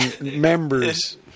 members